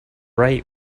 right